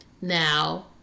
Now